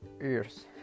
ears